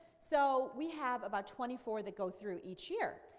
so we have about twenty four that go through each year.